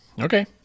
Okay